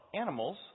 animals